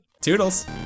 Toodles